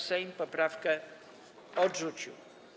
Sejm poprawkę odrzucił.